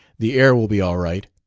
the air will be all right.